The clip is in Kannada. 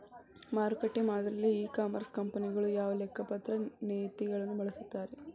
ಮಾರುಕಟ್ಟೆ ಮಾದರಿಯಲ್ಲಿ ಇ ಕಾಮರ್ಸ್ ಕಂಪನಿಗಳು ಯಾವ ಲೆಕ್ಕಪತ್ರ ನೇತಿಗಳನ್ನ ಬಳಸುತ್ತಾರಿ?